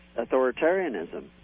authoritarianism